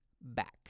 back